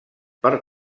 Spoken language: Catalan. per